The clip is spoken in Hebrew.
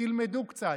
תלמדו קצת.